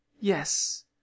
Yes